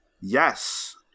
Yes